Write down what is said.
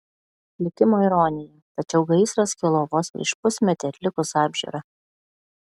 likimo ironija tačiau gaisras kilo vos prieš pusmetį atlikus apžiūrą